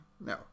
no